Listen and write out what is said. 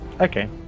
Okay